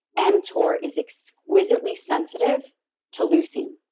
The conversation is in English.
mtor is exquisitely sensitive to leucine.